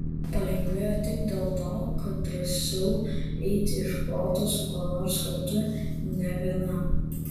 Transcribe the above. palengvėjo tik dėl to kad drąsiau eiti iš proto su kuo nors kartu ne vienam